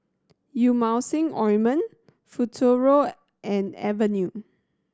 Emulsying Ointment Futuro and Avenue